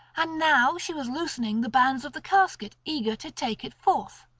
and now she was loosening the bands of the casket eager to take it forth,